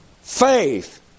Faith